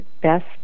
Best